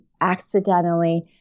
accidentally